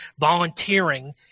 volunteering